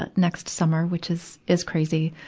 but next summer, which is, is crazy.